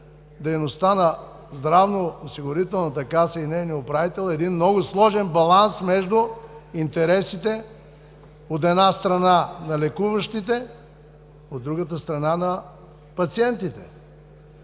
дейността на Здравноосигурителната каса и нейния управител е един много сложен баланс между интересите, от една страна, на лекуващите; от друга страна – на пациентите.